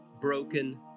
broken